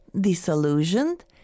disillusioned